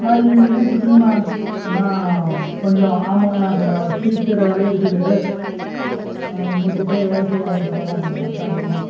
அண்ணா ஈவினிங்கே கொடுத்துருங்கண்ணா ஏன்னால் கொஞ்சம் ஆமாங்கண்ணா கொஞ்சம் ஸ்வீட் செய்கிற வேலையும் இருக்குது முன்கூட்டியே வேலை செய்ய ஆரம்மித்தா தான்ணா கொஞ்சம் கரெக்டாக இருக்கும்